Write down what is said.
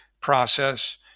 process